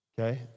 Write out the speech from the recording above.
okay